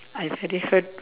I very hurt